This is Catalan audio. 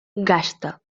gasta